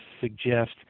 suggest